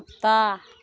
कुत्ता